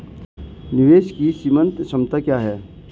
निवेश की सीमांत क्षमता क्या है?